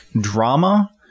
drama